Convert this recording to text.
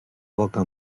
boca